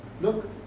look